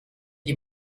die